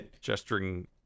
gesturing